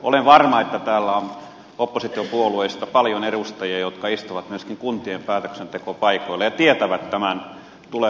olen varma että täällä on oppositiopuolueista paljon edustajia jotka istuvat myöskin kuntien päätöksentekopaikoilla ja tietävät tämän tulevan tuskan